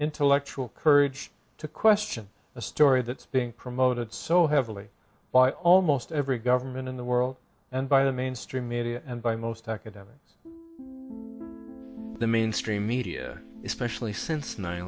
intellectual courage to question a story that's being promoted so heavily by almost every government in the world and by the mainstream media and by most academics the mainstream media especially since nine